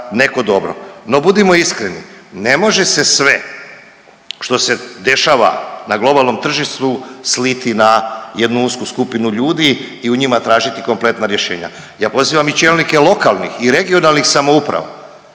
No budimo iskreni, ne može se sve što se dešava na globalnom tržištu sliti na jednu usku skupinu ljudi i u njima tražiti kompletna rješenja. Ja pozivam i čelnike lokalnih i regionalnih samouprava